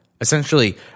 Essentially